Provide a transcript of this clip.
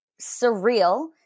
surreal